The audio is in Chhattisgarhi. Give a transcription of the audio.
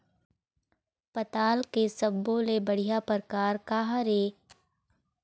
पताल के सब्बो ले बढ़िया परकार काहर ए?